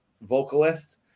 vocalist